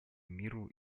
миру